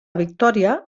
victòria